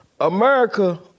America